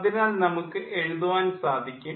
അതിനാൽ നമുക്ക് എഴുതുവാൻ സാധിക്കും